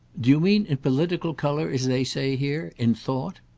do you mean in political colour as they say here in thought?